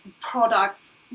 products